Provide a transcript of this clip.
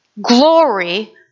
glory